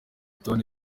toni